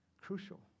crucial